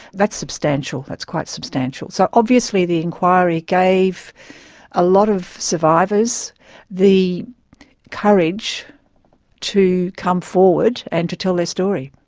that's substantial. that's quite substantial. so obviously the inquiry gave a lot of survivors the courage to come forward and to tell their story.